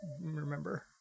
remember